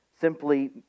simply